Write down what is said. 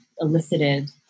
elicited